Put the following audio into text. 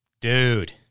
Dude